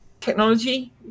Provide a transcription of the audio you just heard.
technology